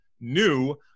new